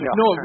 no